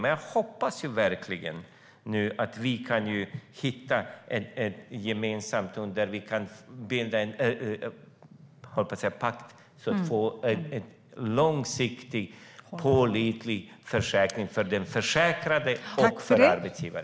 Men jag hoppas verkligen att vi nu kan hitta en gemensam grund där vi kan bilda en pakt för att få en långsiktig och pålitlig försäkring för den försäkrade och för arbetsgivare.